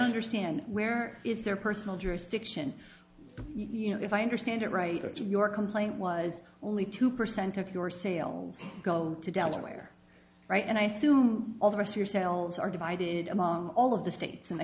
understand where is their personal jurisdiction you know if i understand it right that's your complaint was only two percent of your sales go to delaware right and i assume all the rest of your sales are divided among all of the states in the